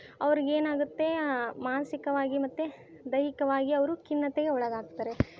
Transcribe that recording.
ಅವ್ರಿಗೆ ಏನಾಗುತ್ತೆ ಮಾನಸಿಕವಾಗಿ ಮತ್ತು ದೈಹಿಕವಾಗಿ ಅವರು ಖಿನ್ನತೆಗೆ ಒಳಗಾಗ್ತಾರೆ